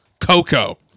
Coco